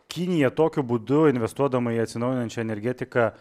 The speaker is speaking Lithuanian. kinija tokiu būdu investuodama į atsinaujinančią energetiką